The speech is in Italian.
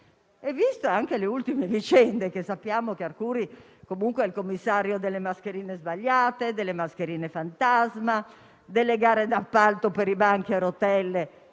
anche le ultime vicende perché Arcuri è comunque il commissario delle mascherine sbagliate, delle mascherine fantasma, delle gare d'appalto per i banchi a rotelle